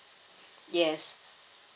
yes